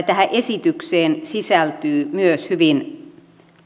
tähän esitykseen sisältyy myös hyvin